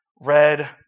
Red